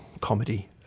comedy